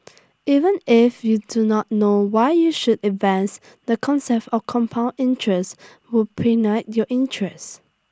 even if you do not know why you should invest the concept of compound interest would your interest